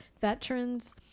veterans